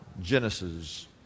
Genesis